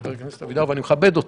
חבר הכנסת אבידר, ואני מכבד אותה,